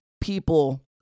people